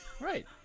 Right